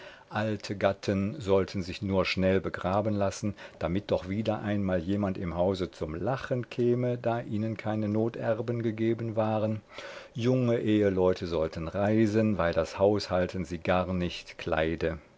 alte gatten sollten sich nur schnell begraben lassen damit doch wieder einmal jemand im hause zum lachen käme da ihnen keine noterben gegeben waren junge eheleute sollten reisen weil das haushalten sie gar nicht kleide